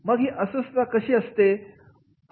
मग ही अस्वस्थता कशी असते बरं